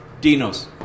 Dino's